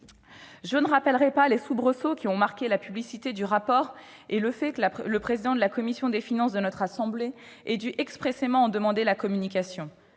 Je ne rappellerai ni les soubresauts qui ont marqué la publicité du rapport ni le fait que le président de la commission des finances de notre assemblée ait dû expressément en demander la communication.